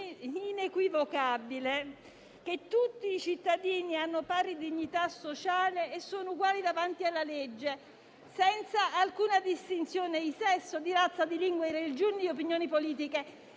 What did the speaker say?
e inequivocabile: «Tutti i cittadini hanno pari dignità sociale e sono eguali davanti alla legge, senza distinzione di sesso, di razza, di lingua, di religione, di opinioni politiche,